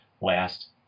last